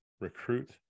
Recruit